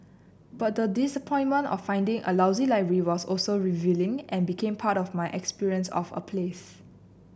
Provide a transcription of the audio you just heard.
but the disappointment of finding a lousy library was also revealing and became part of my experience of a place